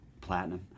platinum